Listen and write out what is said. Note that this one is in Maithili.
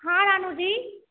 हँ रानू जी